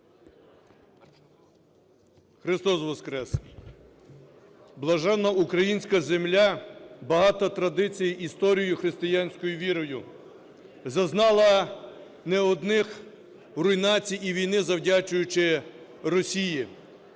Христос Воскрес! Блаженна українська земля, багата традицій, історією і християнською вірою, зазнала не одних руйнацій і війни, завдячуючи Росії,